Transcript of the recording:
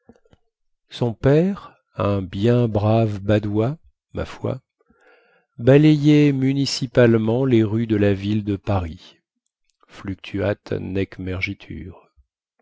son père un bien brave badois ma foi balayait municipalement les rues de la ville de paris